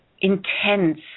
intense